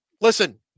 listen